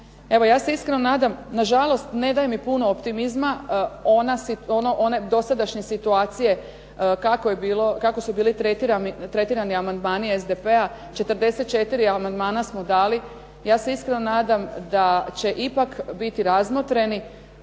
Evo, ja se iskreno nadam, na žalost ne daje mi puno optimizma one dosadašnje situacije kako je bilo, kako su bili tretirani amandmani SDP-a. 44 amandmana smo dali. Ja se iskreno nadam da će ipak biti razmotreni.